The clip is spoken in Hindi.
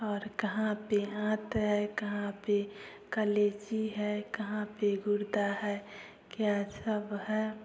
और कहाँ पे हाथ है कहाँ पे कलेजी है कहाँ पे गुर्दा है क्या सब है